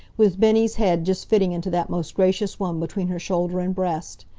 with bennie's head just fitting into that most gracious one between her shoulder and breast.